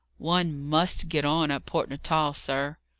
one must get on at port natal, sir.